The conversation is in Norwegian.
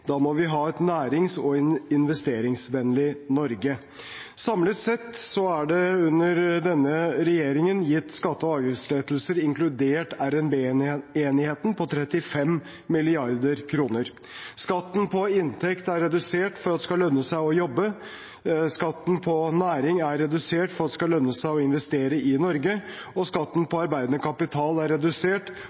Da må vi ha et nærings- og investeringsvennlig Norge. Samlet sett er det under denne regjeringen gitt skatte- og avgiftslettelser, inkludert RNB-enigheten, på 35 mrd. kr. Skatten på inntekt er redusert for at det skal lønne seg å jobbe, skatten på næring er redusert for at det skal lønne seg å investere i Norge, og skatten på arbeidende kapital er redusert